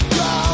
go